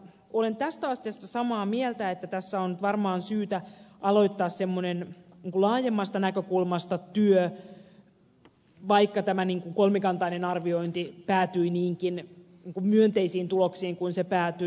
olen tästä asiasta samaa mieltä että tässä on nyt varmaan syytä aloittaa laajemmasta näkökulmasta semmoinen työ vaikka tämä kolmikantainen arviointi päätyi niinkin myönteisiin tuloksiin kuin se päätyi